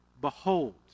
Behold